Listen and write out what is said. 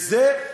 זה,